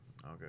Okay